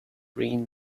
green